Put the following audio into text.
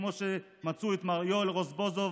כמו שמצאו את מר יואל רזבוזוב